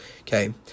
Okay